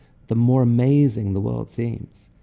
the more amazing the world seems.